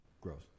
Gross